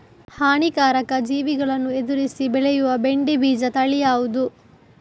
ಹಾನಿಕಾರಕ ಜೀವಿಗಳನ್ನು ಎದುರಿಸಿ ಬೆಳೆಯುವ ಬೆಂಡೆ ಬೀಜ ತಳಿ ಯಾವ್ದು?